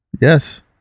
yes